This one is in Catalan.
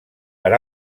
per